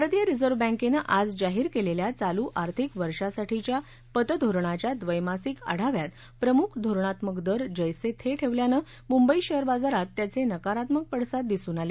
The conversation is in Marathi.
भारतीय रिझर्व्ह बँकनं आज जाहीर केलेल्या चालू आर्थिक वर्षासाठीच्या पतधोरणाच्या द्वैमासिक आढाव्यात प्रमुख धोरणात्मक दर जैसे थे ठेवल्यानं मुंबई शेअर बाजारात त्याचे नकारात्मक पडसाद दिसून आले